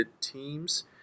teams